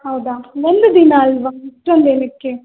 ಹೌದಾ ಒಂದು ದಿನ ಅಲ್ವಾ ಅಷ್ಟೊಂದು ಏನಕ್ಕೆ